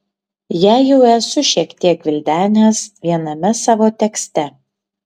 ją jau esu šiek tiek gvildenęs viename savo tekste